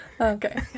okay